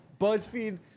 BuzzFeed